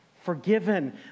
forgiven